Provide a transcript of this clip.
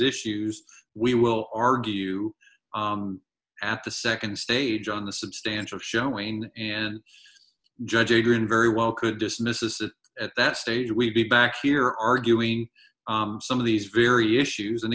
issues we will argue at the nd stage on the substantial showing and judge order and very well could dismiss it at that stage we'd be back here arguing some of these very issues and